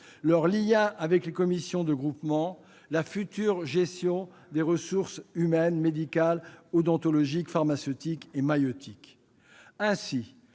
leur lien avec les commissions de groupement, sur la future gestion des ressources humaines médicales, odontologiques, pharmaceutiques et maïeutiques.